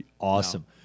Awesome